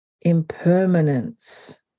impermanence